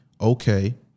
Okay